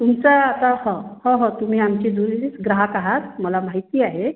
तुमचा आता हो हो हो तुम्ही आमचे जुनीच ग्राहक आहात मला माहिती आहे